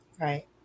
Right